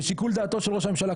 בשיקול דעתו של ראש הממשלה,